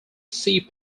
sea